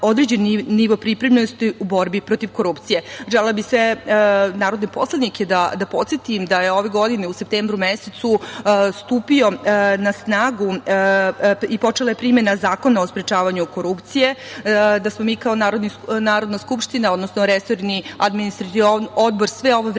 određeni nivo pripremljenosti u borbi protiv korupcije. Želela bih sve narodne poslanike da podsetim da je ove godine u septembru mesecu stupio na snagu i počela primena Zakona o sprečavanju korupcije, da smo mi kao Narodna skupština, odnosno, resorni Administrativni odbor sve ovo vreme